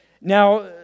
Now